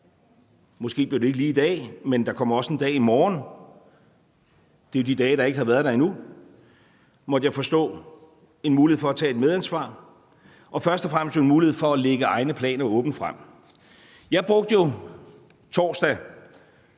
måske bliver det ikke lige i dag, men der kommer også en dag i morgen. Det er jo de dage, der ikke har været der endnu, måtte jeg forstå, der giver en mulighed for at tage et medansvar, og først og fremmest jo en mulighed for at lægge egne planer åbent frem. Jeg brugte jo torsdag